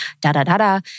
da-da-da-da